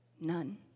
none